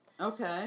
Okay